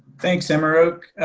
thanks amaroq.